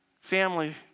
family